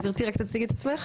בבקשה.